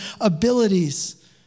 abilities